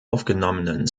aufgenommenen